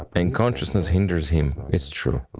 and consciousness hinders him, it's true.